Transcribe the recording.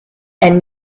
and